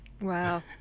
wow